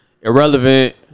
Irrelevant